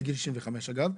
בגיל 65 אגב.